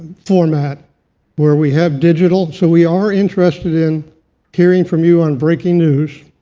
format where we have digital. so we are interested in hearing from you on breaking news.